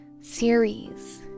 series